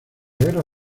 guerra